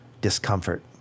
discomfort